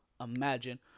imagine